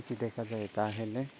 କିଛି ଦେଖାଯାଏ ତା'ହେଲେ